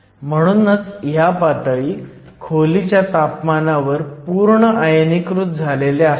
म्हणूनच ह्या पातळी खोलीच्या तापमानावर पूर्ण आयनीकृत झालेल्या असतात